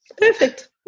Perfect